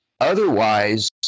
Otherwise